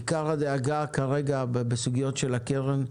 עיקר הדאגה כרגע בסוגיות של הקרן,